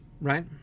right